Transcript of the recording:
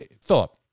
philip